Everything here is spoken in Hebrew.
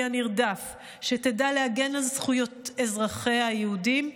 הנרדף שתדע להגן על זכויות אזרחיה היהודי,